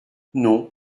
non